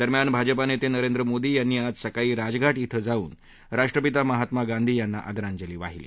दरम्यान भाजपा नेते नरेंद्र मोदी यांनी आज सकाळी राजघाट भां जाऊन राष्ट्रपिता महात्मा गांधी यांना आदरांजली वाहिली